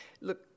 Look